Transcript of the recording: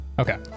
Okay